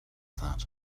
that